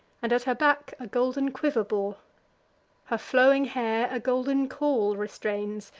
and at her back a golden quiver bore her flowing hair a golden caul restrains,